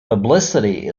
publicity